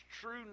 true